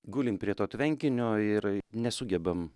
gulim prie to tvenkinio yra nesugebam